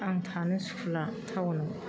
आं थानो सुखुला टाउनाव